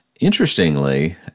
Interestingly